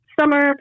summer